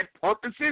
purposes